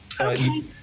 Okay